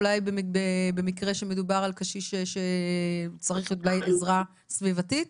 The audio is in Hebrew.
אולי במקרה שמדובר על קשיש שצריך אולי עזרה סביבתית?